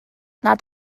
nad